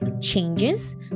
changes